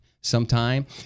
sometime